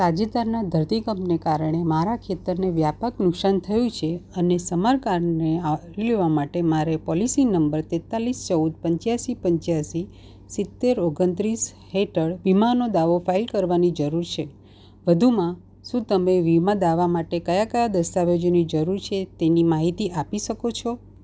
તાજેતરના ધરતીકંપને કારણે મારા ખેતરને વ્યાપક નુકસાન થયું છે અને સમારકામને લેવા માટે મારે પોલિસી નંબર તેંતાળીસ ચૌદ પંચ્યાશી પંચ્યાશી સિત્તેર ઓગણત્રીસ હેઠળ વીમાનો દાવો ફાઇલ કરવાની જરૂર છે વધુમાં શું તમે વીમા દાવા માટે કયા કયા દસ્તવેજોની જરૂર છે તેની માહિતી આપી શકો છો